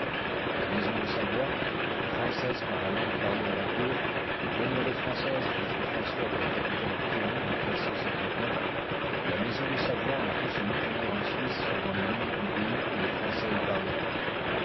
la maison de savoie française par la langue parlée à la cour demeurée française jusqu'au transfert de la capitale en piémont en la maison de savoie n'a pu se maintenir en suisse que dans les limites du pays où le français est parlé